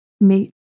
meet